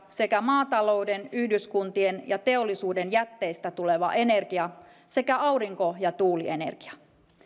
sekä maatalouden yhdyskuntien ja teollisuuden jätteistä tuleva energia sekä aurinko ja tuulienergia